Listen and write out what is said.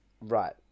Right